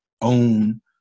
own